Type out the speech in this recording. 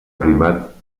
primat